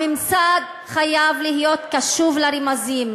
הממסד חייב להיות קשוב לרמזים.